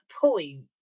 point